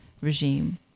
regime